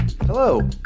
Hello